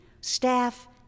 staff